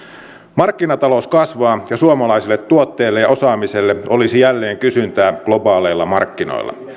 markkinatalous kasvaa ja suomalaisille tuotteille ja osaamiselle olisi jälleen kysyntää globaaleilla markkinoilla